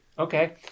Okay